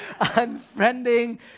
unfriending